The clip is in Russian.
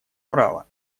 права